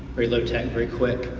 very low tech, very quick.